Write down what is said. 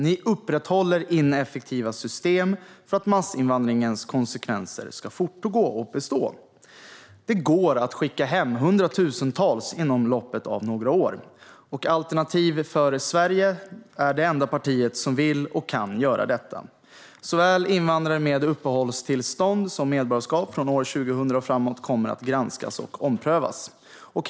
Ni upprätthåller ineffektiva system för att massinvandringens konsekvenser ska fortgå och bestå. Det går att skicka hem hundratusentals inom loppet av några år. Alternativ för Sverige är det enda parti som vill och kan göra detta. Invandrares uppehållstillstånd såväl som medborgarskap från år 2000 och framåt kommer att granskas och omprövas.